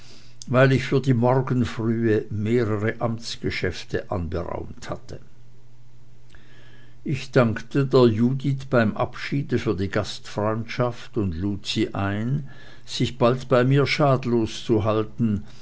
weil ich für die morgenfrühe mehrere amtsgeschäfte anberaumt hatte ich dankte der judith beim abschiede für die gastfreundschaft und lud sie ein sich bald bei mir schadlos zu halten